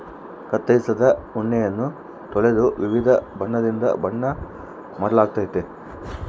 ಕತ್ತರಿಸಿದ ಉಣ್ಣೆಯನ್ನ ತೊಳೆದು ವಿವಿಧ ಬಣ್ಣದಿಂದ ಬಣ್ಣ ಮಾಡಲಾಗ್ತತೆ